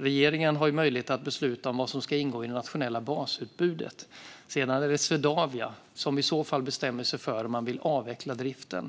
Regeringen har möjlighet att besluta om vad som ska ingå i det nationella basutbudet. Sedan är det Swedavia som i så fall bestämmer sig för om man vill avveckla driften.